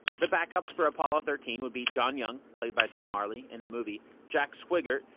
the backups for apollo thirteen would be john young, played by ben marley in the movie, jack swigert,